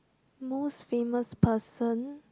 most famous person